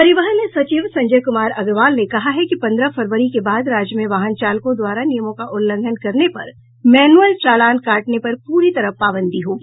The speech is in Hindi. परिवहन सचिव संजय कुमार अग्रवाल ने कहा है कि पन्द्रह फरवरी के बाद राज्य में वाहन चालकों द्वारा नियमों का उल्लंघन करने पर मैनुअल चालान काटने पर पूरी तरह पाबंदी होगी